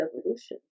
evolution